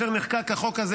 כאשר נחקק החוק הזה,